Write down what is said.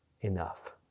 enough